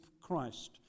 Christ